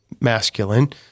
masculine